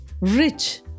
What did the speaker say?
rich